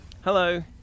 Hello